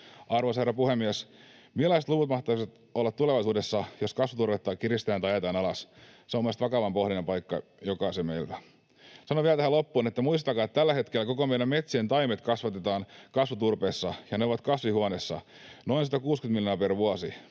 Arvoisa herra puhemies! Millaiset luvut mahtaisivat olla tulevaisuudessa, jos kasvuturvetta kiristetään tai ajetaan alas? Se on minun mielestäni vakavan pohdinnan paikka jokaisella meillä. Sanon vielä tähän loppuun: Muistakaa, että tällä hetkellä kaikki meidän metsiemme taimet kasvatetaan kasvuturpeessa ja että ne ovat kasvihuoneissa, noin 160 miljoonaa per vuosi.